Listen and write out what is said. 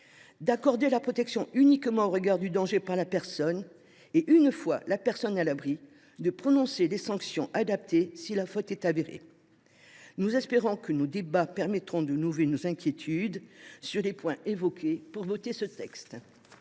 d’accorder la protection uniquement au regard du danger que court la personne et, une fois celle ci à l’abri, de prononcer les sanctions adaptées si la faute est avérée. Nous espérons que nos débats permettront de lever nos inquiétudes sur les points qui viennent